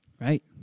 Right